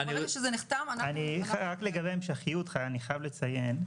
רק לגבי ההמשכיות אני חייב לציין,